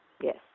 Yes